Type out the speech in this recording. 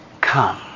Come